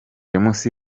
james